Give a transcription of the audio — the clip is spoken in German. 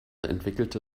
entwickelte